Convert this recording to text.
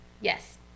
Yes